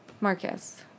Marcus